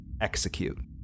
Execute